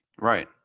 Right